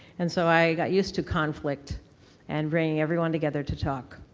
and so, i got used to conflict and bringing everyone together to talk,